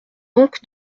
donc